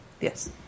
Yes